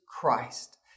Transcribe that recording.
Christ